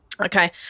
Okay